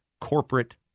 corporate